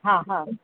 हा हा